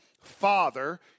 father